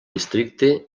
districte